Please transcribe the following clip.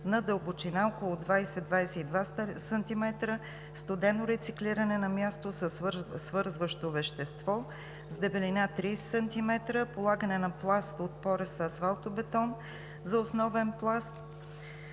на дълбочина около 20 – 22 см, студено рециклиране на място със свързващо вещество с дебелина – 30 см; полагане на пласт от порест асфалтов бетон за основен пласт;